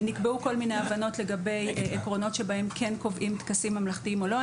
נקבעו כל מיני הבנות לגבי עקרונות שבהם כן קובעים טקסים ממלכתיים או לא.